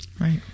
Right